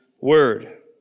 word